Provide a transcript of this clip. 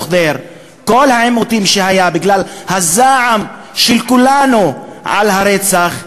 ח'דיר כל העימותים שהיו בגלל הזעם של כולנו על הרצח הזה.